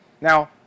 Now